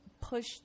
push